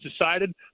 decided